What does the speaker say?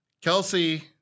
Kelsey